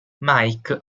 mike